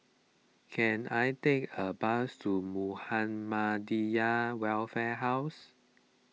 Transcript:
can I take a bus to Muhammadiyah Welfare House